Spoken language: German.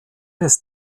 ist